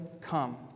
come